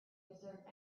observe